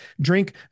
drink